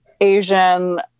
Asian